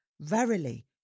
verily